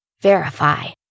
Verify